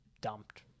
dumped